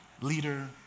leader